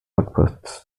outposts